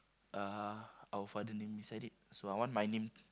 uh our father name beside it so I want my name